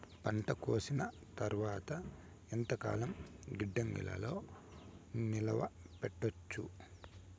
పంట కోసేసిన తర్వాత ఎంతకాలం గిడ్డంగులలో నిలువ పెట్టొచ్చు?